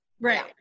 Right